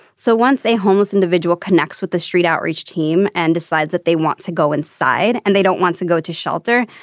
so once a homeless individual connects with the street outreach team and decides that they want to go inside and they don't want to go to shelter.